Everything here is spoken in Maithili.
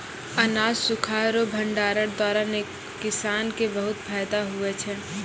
अनाज सुखाय रो भंडारण द्वारा किसान के बहुत फैदा हुवै छै